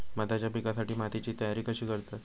भाताच्या पिकासाठी मातीची तयारी कशी करतत?